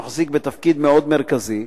שמחזיק בתפקיד מאוד מרכזי,